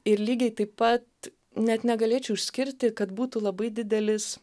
ir lygiai taip pat net negalėčiau išskirti kad būtų labai didelis